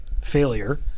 failure